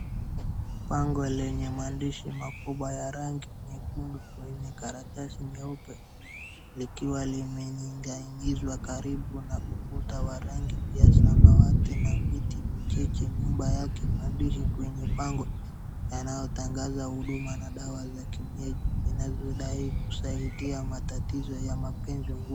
Bango yenye maandishi makubwa ya rangi nyekundu kwa ile karatasi nyeupe likiwa limenyinginizwa karibu na ukuta wa rangi ya samawati na na miti michache, nyuma yake yanayotangaza huduma na dawa za kienyeji zinazodai kusaidia matatizo ya mapenzi.